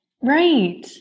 Right